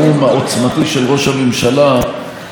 שר התיירות יריב לוין: והנאום החיוור-משהו של ראשת האופוזיציה,